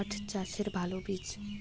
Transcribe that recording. পাঠ চাষের ভালো বীজ?